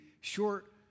short